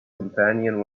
companion